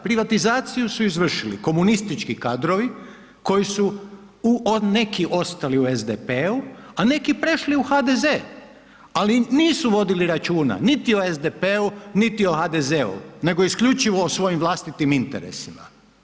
Privatizaciju su izvršili komunistički kadrovi koji su neki ostali u SDP-u a neki prešli u HDZ ali nisu vodili računa niti o SDP-u niti o HDZ-u nego isključivo o svojim vlastitim interesima.